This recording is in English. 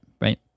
right